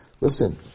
listen